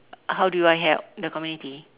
how do I help the community